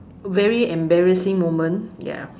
very embarrassing moment ya